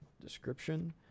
description